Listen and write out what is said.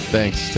Thanks